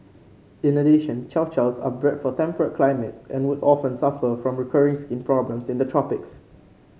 in addition Chow Chows are bred for temperate climates and would often suffer from recurring skin problems in the tropics